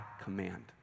command